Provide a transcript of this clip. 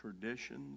traditions